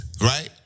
right